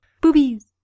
Boobies